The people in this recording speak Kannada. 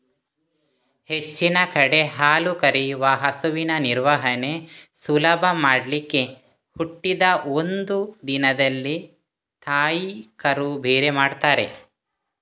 ಹೆಚ್ಚಿನ ಕಡೆ ಹಾಲು ಕರೆಯುವ ಹಸುವಿನ ನಿರ್ವಹಣೆ ಸುಲಭ ಮಾಡ್ಲಿಕ್ಕೆ ಹುಟ್ಟಿದ ಒಂದು ದಿನದಲ್ಲಿ ತಾಯಿ ಕರು ಬೇರೆ ಮಾಡ್ತಾರೆ